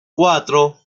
cuatro